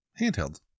handheld